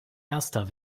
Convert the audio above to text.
erster